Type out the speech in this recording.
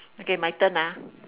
okay my turn ah